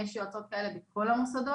יש עוד יועצות כאלה בכל המוסדות.